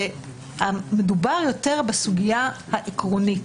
מדובר יותר בסוגיה העקרונית,